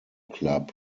club